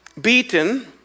beaten